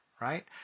right